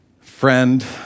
friend